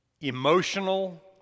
emotional